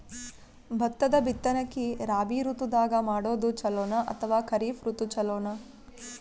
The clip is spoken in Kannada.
ಭತ್ತದ ಬಿತ್ತನಕಿ ರಾಬಿ ಋತು ದಾಗ ಮಾಡೋದು ಚಲೋನ ಅಥವಾ ಖರೀಫ್ ಋತು ಚಲೋನ?